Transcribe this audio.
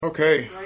okay